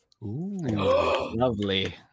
lovely